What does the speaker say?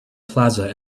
plaza